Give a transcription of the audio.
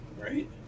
Right